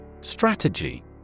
Strategy